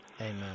Amen